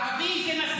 ערבי זה משכיל,